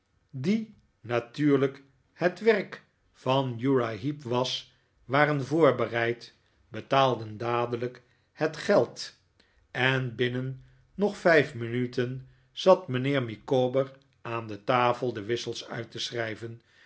ante tuurlijk het werk van uriah heep was waren voorbereid betaalden dadelijk het geld en binnen nog vijf minuten zat mijnheer micawber aan de tafel de wissels uit te schrijven